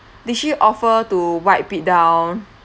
did she offer to wipe it down